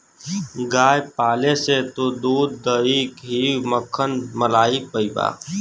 गाय पाले से तू दूध, दही, घी, मक्खन, मलाई पइबा